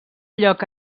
lloc